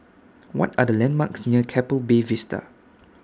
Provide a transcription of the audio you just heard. What Are The landmarks near Keppel Bay Vista